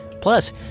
Plus